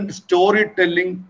storytelling